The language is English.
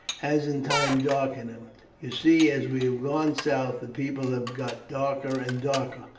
has in time darkened them. you see, as we have gone south, the people have got darker and darker.